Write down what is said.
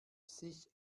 sich